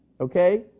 okay